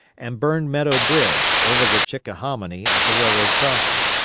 and burned meadow bridge, over the chickahominy at the railroad crossing.